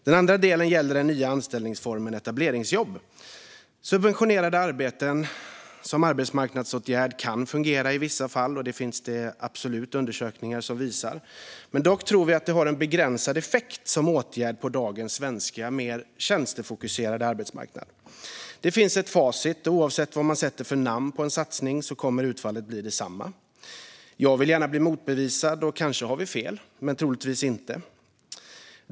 Den andra delen gäller den nya anställningsformen etableringsjobb. Subventionerade arbeten som arbetsmarknadsåtgärd kan fungera i vissa fall, och det finns det absolut undersökningar som visar. Dock tror vi att de har en begränsad effekt som åtgärd på dagens svenska mer tjänstefokuserade arbetsmarknad. Det finns ett facit, och oavsett vad man sätter för namn på en satsning kommer utfallet att bli detsamma. Jag vill gärna bli motbevisad. Kanske har vi fel, men troligtvis inte.